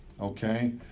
okay